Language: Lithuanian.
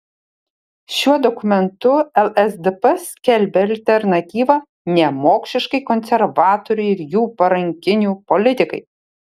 šiuo dokumentu lsdp skelbia alternatyvą nemokšiškai konservatorių ir jų parankinių politikai